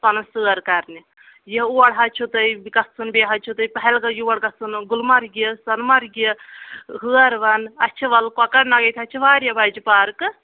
پانَس سٲر کَرنہِ یہِ اور حظ چھِ تۄہہِ گژھُن بیٚیہِ حظ چھُ تۄہِہ پہل یور گژھُن گُلمرگہِ سۄنہٕ مرگہِ ہٲروَن اَچھٕ وَل کۄکَر ناگ ییٚتہِ حظ چھِ واریاہ بَجہِ پارکہٕ